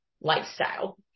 lifestyle